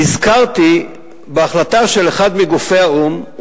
נזכרתי בהחלטה של אחד מגופי האו"ם,